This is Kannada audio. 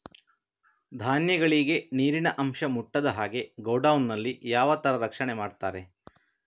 ಧಾನ್ಯಗಳಿಗೆ ನೀರಿನ ಅಂಶ ಮುಟ್ಟದ ಹಾಗೆ ಗೋಡೌನ್ ನಲ್ಲಿ ಯಾವ ತರ ರಕ್ಷಣೆ ಮಾಡ್ತಾರೆ?